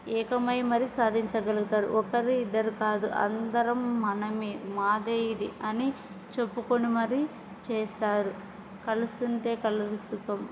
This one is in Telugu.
ఏకమై మరి సాధించగలుగుతారు ఒకరు ఇద్దరు కాదు అందరం మనమే మాదే ఇది అని చెప్పుకొని మరి చేస్తారు కలుస్తుంటే కలదు సుఖం